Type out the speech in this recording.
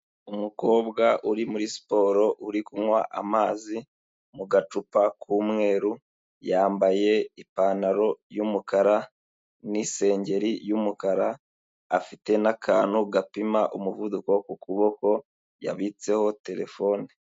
Umukobwa uri muri siporo uri kunywa amazi mu gacupa k'umweru, yambaye ipantaro y'umukara n'isengeri y'umukara afite n'akantu gapima umuvuduko wo ku kuboko yabitseho telefone.